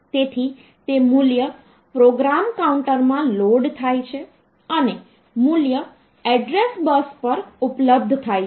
તેથી તે મૂલ્ય પ્રોગ્રામ કાઉન્ટરમાં લોડ થાય છે અને મૂલ્ય એડ્રેસ બસ પર ઉપલબ્ધ થાય છે